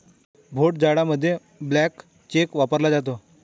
भोट जाडामध्ये blank cheque वापरला जातो